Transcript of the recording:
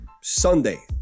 Sunday